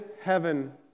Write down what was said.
heaven